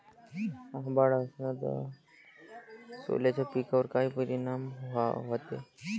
अभाळ असन तं सोल्याच्या पिकावर काय परिनाम व्हते?